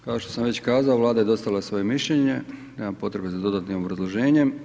Kao što sam već kazao, Vlada je dostavila svoje mišljenje, nema potrebe za dodatnim obrazloženjem.